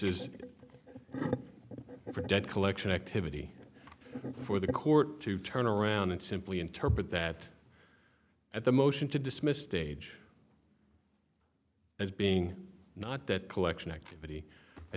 is debt collection activity before the court to turn around and simply interpret that at the motion to dismiss stage as being not that collection activity i